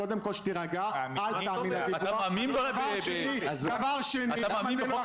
וחבר הכנסת רם בן ברק אמר שזה לקח רק